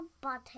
button